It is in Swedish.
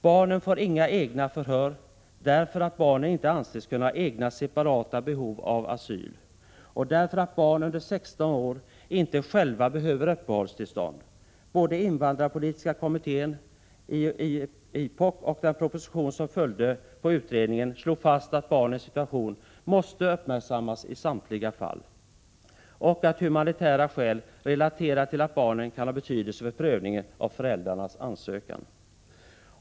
Barnen får inga egna förhör, därför att barn inte anses kunna ha egna separat behov av asyl och därför att barn under 16 år inte själva behöver uppehållstillstånd. Både invandrarpolitiska kommittén — IPOK — och den proposition som följde på utredningen slog fast att barnens situation måste uppmärksammas i samtliga fall och att humanitära skäl relaterade till barnen kan ha betydelse för prövningen av föräldrarnas ansökan.